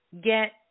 get